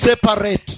separate